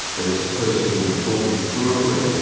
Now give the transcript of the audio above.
that is, the person will be talking fluently,